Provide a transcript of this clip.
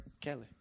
Kelly